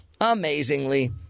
amazingly